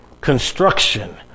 construction